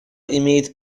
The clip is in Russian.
имеет